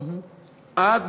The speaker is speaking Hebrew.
עד